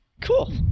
Cool